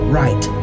right